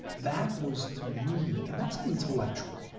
that was to me and that's intellectual.